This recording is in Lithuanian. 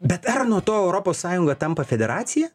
bet ar nuo to europos sąjunga tampa federacija